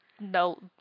no